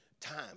time